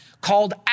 called